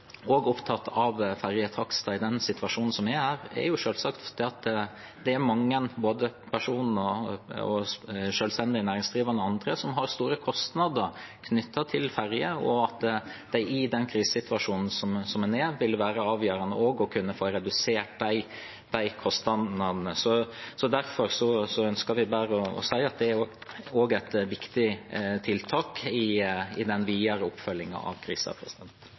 og forsøke å gjøre det på en best mulig måte. Jeg tror en av grunnene til at bl.a. vi også har vært opptatt av ferjetakster i denne situasjonen, selvsagt er at det er mange, både personer og selvstendig næringsdrivende og andre, som har store kostnader knyttet til ferjer, og at i den krisesituasjonen som er nå, vil det være avgjørende å kunne få redusert de kostnadene. Derfor ønsker vi å si at det også er et viktig tiltak i den videre oppfølgingen av